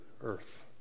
earth